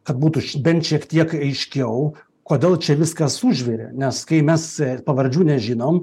kad būtų bent šiek tiek aiškiau kodėl čia viskas užvirė nes kai mes pavardžių nežinom